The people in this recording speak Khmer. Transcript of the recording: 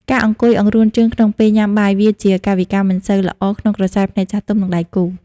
ការអង្គុយអង្រួនជើងក្នុងពេលញ៉ាំបាយ វាជាកាយវិការមិនសូវល្អក្នុងក្រសែភ្នែកចាស់ទុំ និងដៃគូ។